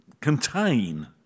contain